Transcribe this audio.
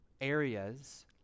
areas